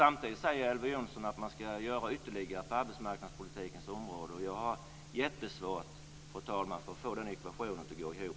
Samtidigt säger Elver Jonsson att man ska göra ytterligare på arbetsmarknadspolitikens område. Jag har jättesvårt, fru talman, att få den ekvationen att gå ihop.